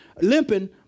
limping